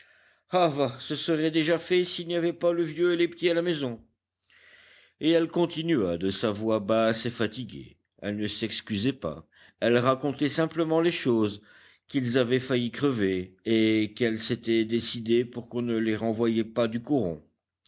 ce serait déjà fait s'il n'y avait pas le vieux et les petits à la maison et elle continua de sa voix basse et fatiguée elle ne s'excusait pas elle racontait simplement les choses qu'ils avaient failli crever et qu'elle s'était décidée pour qu'on ne les renvoyât pas du coron